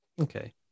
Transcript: Okay